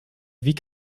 wie